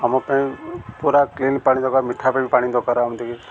ଆମ ପାଇଁ ପୁରା କ୍ଲିନ୍ ପାଣି ଦରକାର ମିଠା ପାଇଁ ପାଣି ଦରକାର ଏମିତିକି